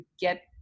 get